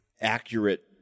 accurate